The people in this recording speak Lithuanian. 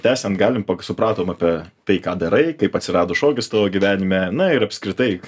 tęsiant galim supratom apie tai ką darai kaip atsirado šokis tavo gyvenime na ir apskritai